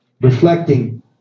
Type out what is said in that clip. Reflecting